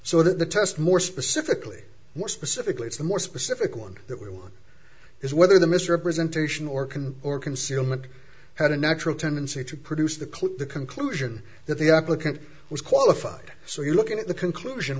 so that the test more specifically more specifically it's the more specific one that we're on is whether the misrepresentation or can or concealment had a natural tendency to produce the clue the conclusion that the applicant was qualified so you look at the conclusion